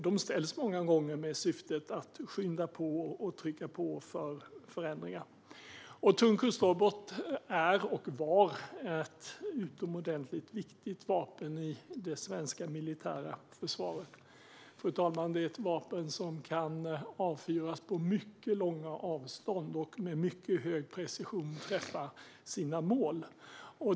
De ställs många gånger med syftet att skynda på och trycka på för förändringar. Tung kustrobot är och var ett utomordentligt viktigt vapen i det svenska militära försvaret. Det är ett vapen som kan avfyras på mycket långa avstånd och med mycket hög precision träffa sina mål.